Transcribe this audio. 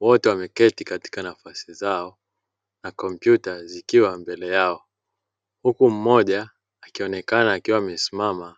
wote wameketi katika nafasi zao, na tarakirishi zikiwa mbele yao huku mmoja akionekana akiwa amesimama.